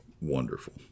wonderful